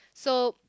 so